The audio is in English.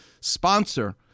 sponsor